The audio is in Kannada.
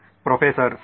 ಪ್ರೊಫೆಸರ್ ಸರಿ